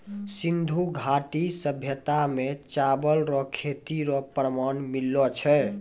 सिन्धु घाटी सभ्यता मे चावल रो खेती रो प्रमाण मिललो छै